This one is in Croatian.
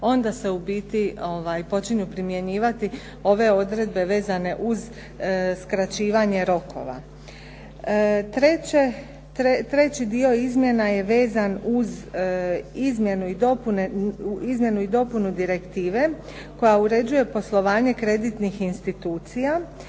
onda se u biti počinju primjenjivati ove odredbe vezane uz skraćivanje rokova. Treći dio izmjena je vezan uz izmjenu i dopunu direktive, koja uređuje poslovanje kreditnih institucija.